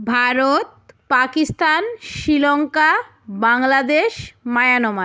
Bharat Pakistan Sri Lanka Bangladesh Myanmar